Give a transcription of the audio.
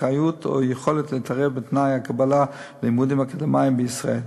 אחריות או יכולת להתערב בתנאי הקבלה ללימודים אקדמיים בישראל,